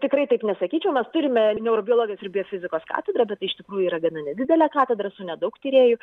tikrai taip nesakyčiau mes turime neurobiologijos ir biofizikos katedrą bet tai iš tikrųjų yra gana nedidelė katedra su nedaug tyrėjų